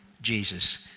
Jesus